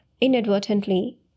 Inadvertently